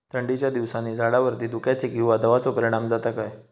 थंडीच्या दिवसानी झाडावरती धुक्याचे किंवा दवाचो परिणाम जाता काय?